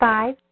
Five